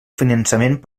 finançament